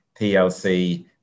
PLC